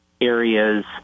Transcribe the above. areas